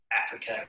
africa